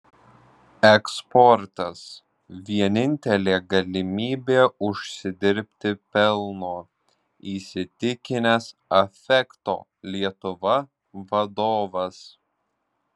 eksportas vienintelė galimybė užsidirbti pelno įsitikinęs affecto lietuva vadovas